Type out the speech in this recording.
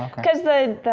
cause the